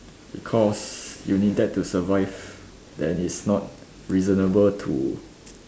because you need that to survive then it's not reasonable to